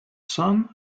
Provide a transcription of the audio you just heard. son